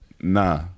Nah